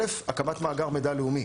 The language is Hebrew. הדבר הראשון הוא הקמת מאגר מידע לאומי.